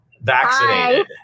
vaccinated